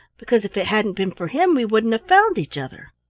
because if it hadn't been for him we wouldn't have found each other.